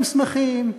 הם שמחים,